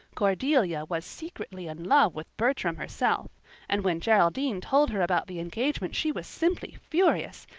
cordelia was secretly in love with bertram herself and when geraldine told her about the engagement she was simply furious,